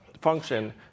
function